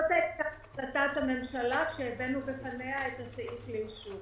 זאת הייתה החלטת הממשלה כאשר הבאנו בפניה את הסעיף לאישור.